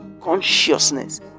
consciousness